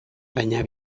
baina